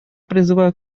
призываю